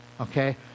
Okay